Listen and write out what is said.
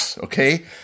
Okay